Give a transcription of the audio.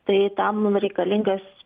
tai tam mum reikalingas